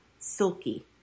Silky